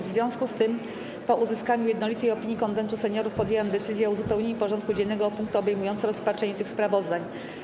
W związku z tym, po uzyskaniu jednolitej opinii Konwentu Seniorów, podjęłam decyzję o uzupełnieniu porządku dziennego o punkty obejmujące rozpatrzenie tych sprawozdań.